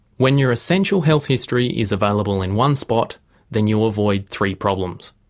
when your essential health history is available in one spot then you avoid three problems.